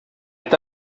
est